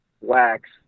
wax